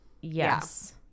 Yes